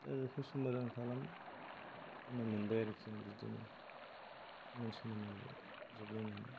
दा बेखौ समादान खालामबोनो मोनबाय आरोखि बिदिनो समान समान मावो फोजोबलायनानै